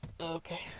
Okay